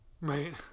Right